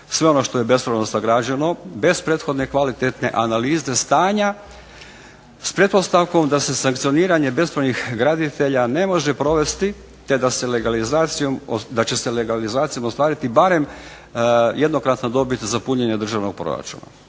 sve ono što je bespravno sagrađeno bez prethodne kvalitetne analize stanja s pretpostavkom da se sankcioniranje bespravnih graditelja ne može provesti te da će se legalizacijom ostvariti barem jednokratna dobit za punjenje državnog proračuna.